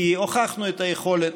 כי הוכחנו את היכולת.